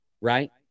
right